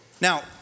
Now